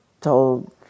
told